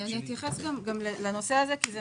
אני אתייחס גם לנושא הזה, כי יש